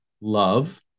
Love